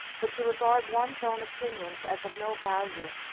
but to regard one's own opinions as of no value,